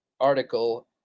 article